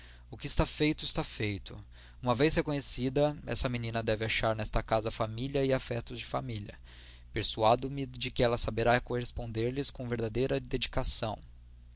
o que está feito está feito uma vez reconhecida essa menina deve achar nesta casa família e afetos de família persuado me de que ela saberá corresponder lhes com verdadeira dedicação